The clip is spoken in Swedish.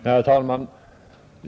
Herr talman!